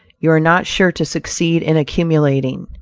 you are not sure to succeed in accumulating.